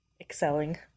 excelling